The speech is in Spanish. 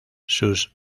sus